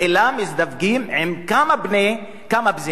אלא מזדווגות עם כמה בני-זוג,